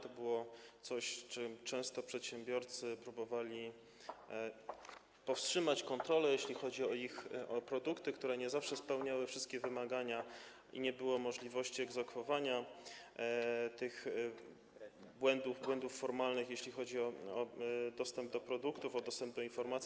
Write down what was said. To było coś, czym przedsiębiorcy często próbowali powstrzymać kontrolę, jeśli chodzi o produkty, które nie zawsze spełniały wszystkie wymagania, i nie było możliwości egzekwowania tych błędów, błędów formalnych, jeśli chodzi o dostęp do produktów, informacji.